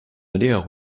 allaient